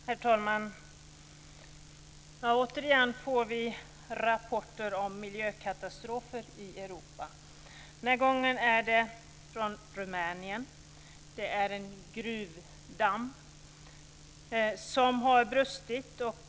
Herr talman! Återigen får vi rapporter om miljökatastrofer i Europa. Den här gången kommer de från Rumänien. Det är en gruvdamm som har brustit.